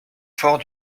forts